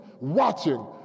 watching